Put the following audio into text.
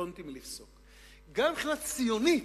וקטונתי מלפסוק, גם מבחינה ציונית,